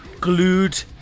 glued